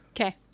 okay